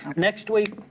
next week,